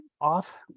off